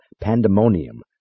pandemonium